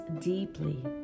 deeply